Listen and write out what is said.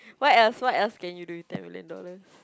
what else what else can you do with ten million dollars